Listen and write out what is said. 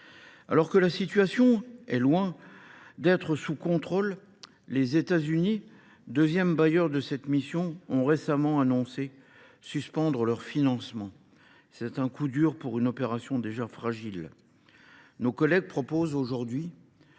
Alors que la situation est loin d’être sous contrôle, les États Unis, deuxième bailleur de cette mission, ont récemment annoncé la suspension de leur financement, infligeant un coup dur à une opération déjà fragile. Nos collègues soumettent aujourd’hui